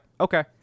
okay